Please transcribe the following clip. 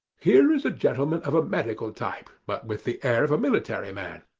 here is a gentleman of a medical type, but with the air of a military man.